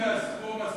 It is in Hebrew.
אם זהו הסכום,